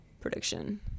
prediction